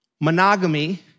Monogamy